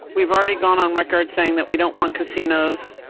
we've already gone on record saying that we don't want casinos.